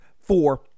four